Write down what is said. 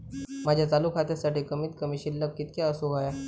माझ्या चालू खात्यासाठी कमित कमी शिल्लक कितक्या असूक होया?